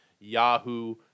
Yahoo